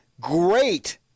great